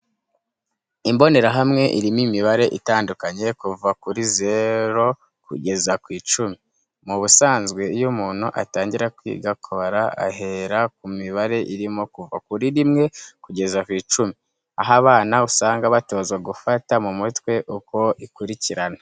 Imbonerahamwe irimo imibare itanduaknye kuva kuri zero kugeza ku icumi. Mu busanzwe iyo umuntu atangira kwiga kubara ahera ku mibare irimo kuva kuri rimwe kugeza ku icumi, aho abana usanga batozwa gufata mu mutwe uko ikurikirana.